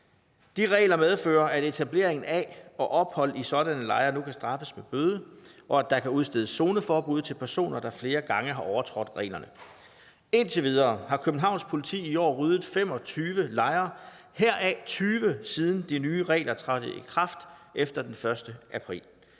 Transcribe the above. De regler medfører, at etablering af og ophold i sådanne lejre nu kan straffes med bøde, og at der kan udstedes zoneforbud til personer, der flere gange har overtrådt reglerne. Indtil videre har Københavns Politi i år ryddet 25 lejre, heraf 20 siden de nye regler trådte i kraft efter den 1. april.